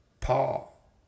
Paul